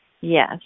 Yes